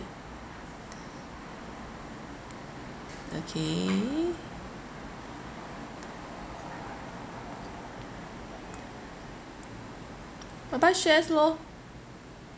okay I buy shares lor